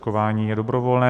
Očkování je dobrovolné.